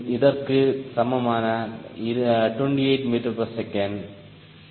இதற்கு சமமான 28 ms 3